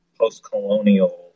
post-colonial